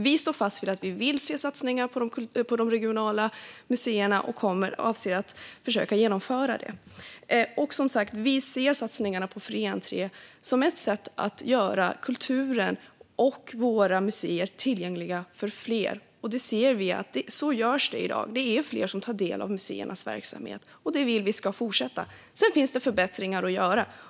Vi står fast vid att vi vill se satsningar på de regionala museerna och avser att försöka genomföra dem. Och som sagt ser vi satsningarna på fri entré som ett sätt att göra kulturen och våra museer tillgängliga för fler. Vi ser att det i dag är fler som tar del av museernas verksamhet, och det vill vi ska fortsätta. Sedan finns det förbättringar att göra.